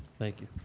thank you.